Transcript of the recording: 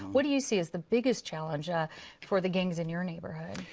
what do you see is the biggest challenge yeah for the gangs in your neighborhood?